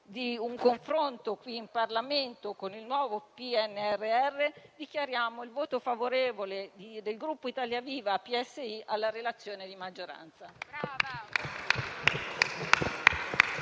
di un confronto qui in Parlamento con il nuovo PNRR, dichiariamo il voto favorevole del Gruppo Italia Viva-P.S.I. alla proposta di risoluzione di maggioranza.